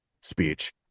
speech